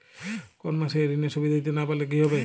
কোন মাস এ ঋণের সুধ দিতে না পারলে কি হবে?